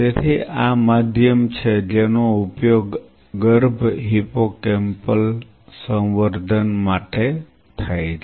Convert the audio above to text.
તેથી આ માધ્યમ છે જેનો ઉપયોગ ગર્ભ હિપ્પોકેમ્પલ સંવર્ધન માટે થાય છે